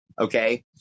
okay